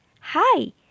hi